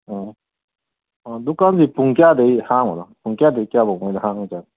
ꯑꯣ ꯑꯣ ꯗꯨꯀꯥꯟꯗꯤ ꯄꯨꯡ ꯀꯌꯥꯗꯩ ꯍꯥꯡꯕꯅꯣ ꯄꯨꯡ ꯀꯌꯥꯗꯩ ꯀꯌꯥꯕꯣꯛꯅꯣ ꯅꯣꯏꯅ ꯍꯥꯡꯉꯤꯁꯦ